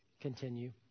continue